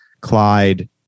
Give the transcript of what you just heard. Clyde